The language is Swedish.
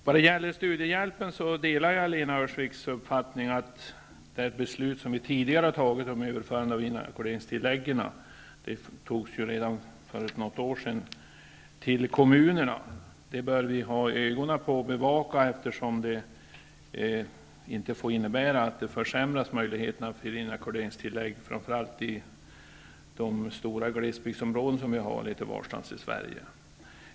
I fråga om studiehjälpen delar jag Lena Öhrsviks uppfattning att vi bör ha ögonen på och övervaka följderna av det beslut som vi redan för något år sedan fattade om att inackorderingstilläggen skall överföras till kommunerna; det får inte innebära att möjligheterna till inackorderingstillägg försämras i framför allt de stora glesbygdsområden som vi har litet varstans i Sverige.